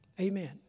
Amen